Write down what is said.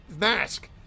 mask